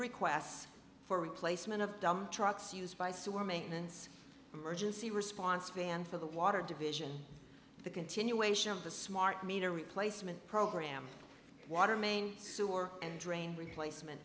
requests for replacement of dump trucks used by sewer maintenance emergency response van for the water division the continuation of the smart meter replacement program water main sewer and drain replacement